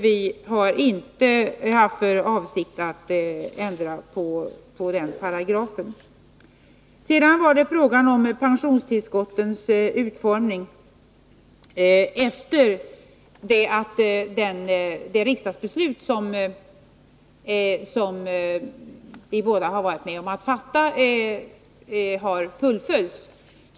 Vi har inte haft för avsikt att ändra på den paragrafen. Så till frågan om pensionstillskottens utformning. Jag vill till att börja med peka på att det riksdagsbeslut som vi båda har varit med om att fatta först skall fullföljas.